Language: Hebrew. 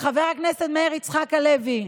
חבר הכנסת מאיר יצחק הלוי,